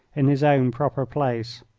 in his own proper place.